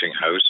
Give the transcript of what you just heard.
house